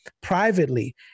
privately